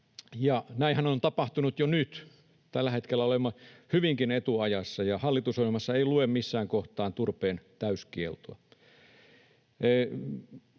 näinhän on tapahtunut jo nyt. Tällä hetkellä olemme hyvinkin etuajassa, ja hallitusohjelmassa ei lue missään kohtaa turpeen täyskieltoa.